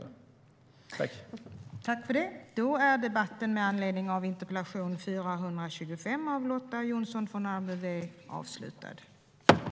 Överläggningen var härmed avslutad.